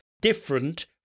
different